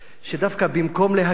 שדווקא במקום להקל,